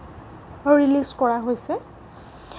release কৰা হৈছে